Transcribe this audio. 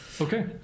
okay